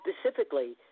specifically